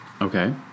Okay